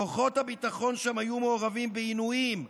כוחות הביטחון שם היו מעורבים בעינויים,